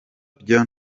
byo